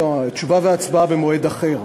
לא, תשובה והצבעה במועד אחר.